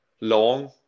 long